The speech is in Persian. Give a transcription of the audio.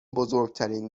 بزرگترین